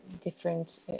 different